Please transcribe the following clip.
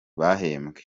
bahembwa